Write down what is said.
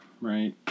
Right